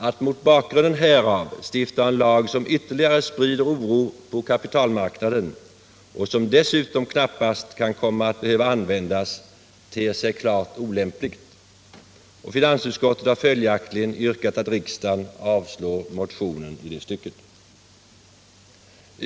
Att mot bakgrunden härav stifta en lag som sprider ytterligare oro på kapitalmarknaden och som dessutom knappast kan komma att behöva användas ter sig klart olämpligt, och finansutskottet har följaktligen yrkat att riksdagen avslår motionen i det stycket.